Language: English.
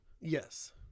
Yes